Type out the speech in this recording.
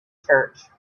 church